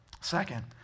second